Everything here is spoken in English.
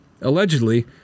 allegedly